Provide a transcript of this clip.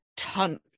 ton